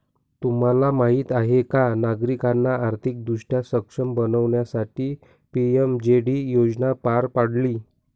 तुम्हाला माहीत आहे का नागरिकांना आर्थिकदृष्ट्या सक्षम बनवण्यासाठी पी.एम.जे.डी योजना पार पाडली